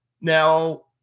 Now